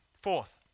Fourth